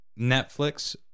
Netflix